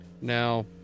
now